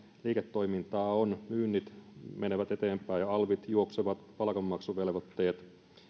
liiketoimintaa on myynnit menevät eteenpäin ja alvit juoksevat palkanmaksuvelvoitteet